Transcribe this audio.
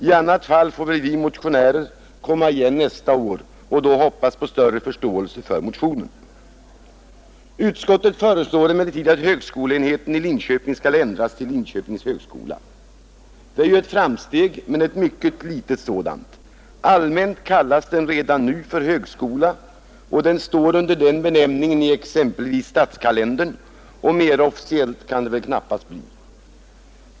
I annat fall får väl vi motionärer komma igen nästa år och då hoppas på större förståelse för motionen. Utskottet föreslår emellertid att benämningen högskolenheten i Linköping skall ändras till Linköpings högskola. Det är ju ett framsteg, men ett mycket litet sådant. Allmänt kallas den redan nu för högskola och står under den benämningen exempelvis i statskalendern — mera officiellt kan det väl knappast bli.